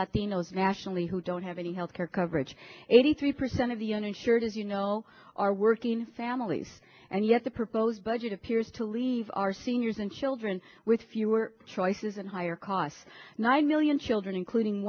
latinos nationally who don't have any health care coverage eighty three percent of the uninsured as you know are working families and yet the proposed budget appears to leave our seniors and children with fewer choices and higher costs nine million children including